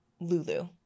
Lulu